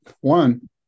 One